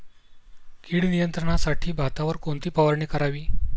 कीड नियंत्रणासाठी भातावर कोणती फवारणी करावी?